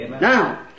Now